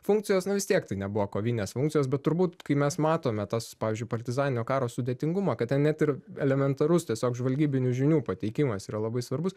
funkcijos nu vis tiek tai nebuvo kovinės funkcijos bet turbūt kai mes matome tas pavyzdžiui partizaninio karo sudėtingumą kad ten net ir elementarus tiesiog žvalgybinių žinių pateikimas yra labai svarbus